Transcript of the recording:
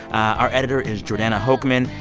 our editor is jordana hochman.